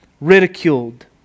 ridiculed